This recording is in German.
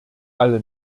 alle